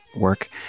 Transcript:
work